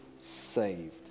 saved